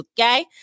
okay